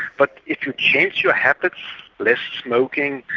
but if you change your habits less smoking,